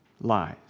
lies